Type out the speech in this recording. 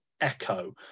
Echo